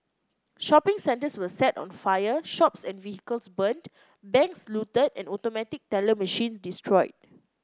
shopping centres were set on fire shops and vehicles burnt banks looted and automatic teller machines destroyed